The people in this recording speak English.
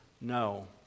No